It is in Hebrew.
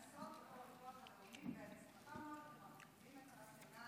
ואני שמחה מאוד שאתם מרחיבים את הרציונל